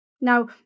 Now